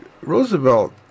Roosevelt